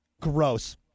gross